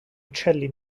uccelli